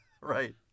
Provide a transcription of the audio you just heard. right